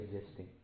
existing